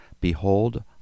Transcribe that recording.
behold